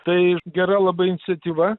tai gera labai iniciatyva